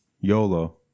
YOLO